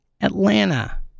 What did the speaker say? Atlanta